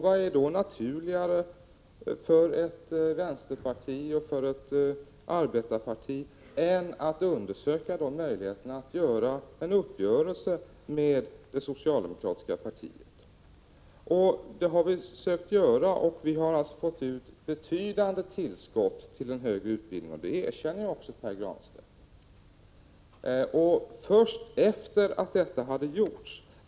Vad är då naturligare för ett vänsterparti och arbetarparti än att undersöka möjligheterna att träffa en uppgörelse med det socialdemokratiska partiet? Det har vi kunnat göra, och vi har fått ut betydande tillskott till den högre utbildningen. Detta erkände också Pär Granstedt.